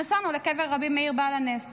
נסענו לקבר רבי מאיר בעל הנס.